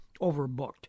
overbooked